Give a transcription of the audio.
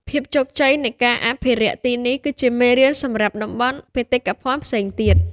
ភាពជោគជ័យនៃការអភិរក្សទីនេះ គឺជាមេរៀនសម្រាប់តំបន់បេតិកភណ្ឌផ្សេងទៀត។